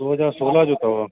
दो हज़ार सोलह जो अथव